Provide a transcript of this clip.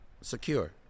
secure